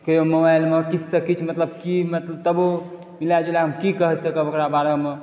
केओ मोबाइल मे किछु सॅं किछु मतलब की तबो मिला जुला हम की कहि सकब ओकरा बारे मे